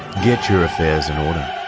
get your affairs in order.